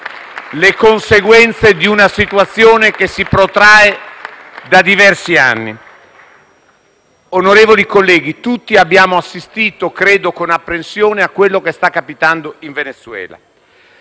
le conseguenze di una situazione che si protrae da diversi anni. Onorevoli colleghi, credo che tutti abbiamo assistito con apprensione a quello che sta accadendo in Venezuela.